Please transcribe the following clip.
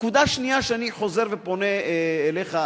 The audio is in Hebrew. נקודה שנייה שאני חוזר ופונה אליך,